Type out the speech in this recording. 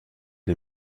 les